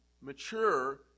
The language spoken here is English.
mature